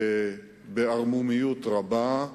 בערמומיות רבה,